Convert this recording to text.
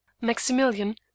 Maximilian